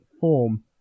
form